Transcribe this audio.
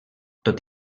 tot